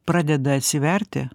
pradeda atsiverti